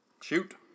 Shoot